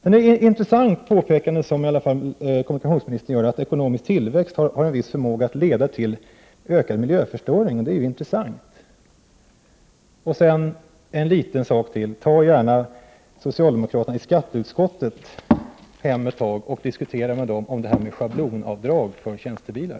Ett intressant påpekande som kommunikationsministern gör är att ekono misk tillväxt har en viss förmåga att leda till ökad miljöförstöring. Det är som sagt intressant. En liten sak till. Diskutera gärna med socialdemokraterna i skatteutskottet om schablonavdragen för tjänstebilar.